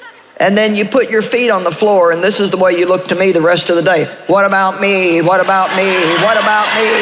and then you put your feet on the floor and this is the way you look to me the rest of the day. what about me, what about me, what about